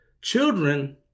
children